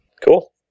Cool